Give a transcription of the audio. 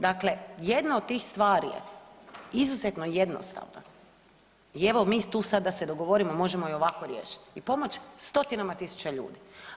Dakle, jedna od tih stvari je izuzetno jednostavna i evo mi tu sad da se dogovorimo, možemo je ovako riješiti i pomoć stotinama tisuća ljudi.